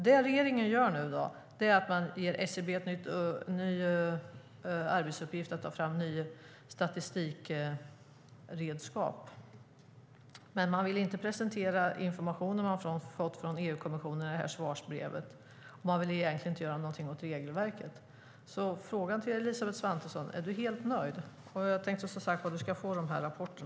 Det regeringen gör är att man ger SCB i uppdrag att ta fram ny statistik, men man vill inte presentera den information man fått i svarsbrevet från EU-kommissionen. Man vill egentligen inte göra någonting åt regelverket. Frågan till Elisabeth Svantesson blir: Är du helt nöjd? Och du ska, som sagt, få rapporten.